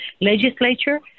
legislature